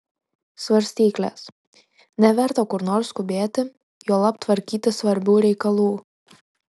svarstyklės neverta kur nors skubėti juolab tvarkyti svarbių reikalų